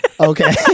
okay